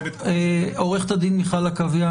עורכת הדין מיכל עקביה,